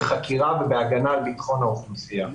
בחקירה, ובהגנה על בטחון האוכלוסייה.